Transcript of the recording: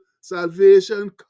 salvation